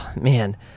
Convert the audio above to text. Man